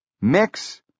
mix